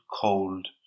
cold